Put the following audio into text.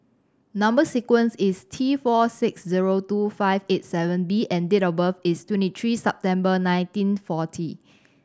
number sequence is T four six zero two five eight seven B and date of birth is twenty three September nineteen forty